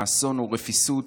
האסון הוא רפיסות